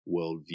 worldview